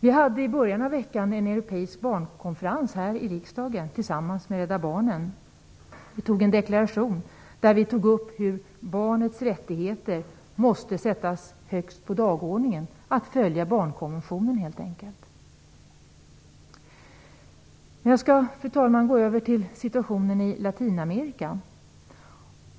I början av veckan hade vi en europeisk barnkonferens här i riksdagen tillsammans med Rädda Barnen. Vi antog en deklaration där vi tog upp hur barnets rättigheter måste sättas högst på dagordningen. Barnkonventionen måste helt enkelt följas. Fru talman! Jag skall nu gå över till situationen i Latinamerika.